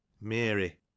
mary